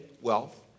Wealth